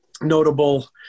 notable